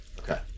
Okay